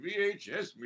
VHS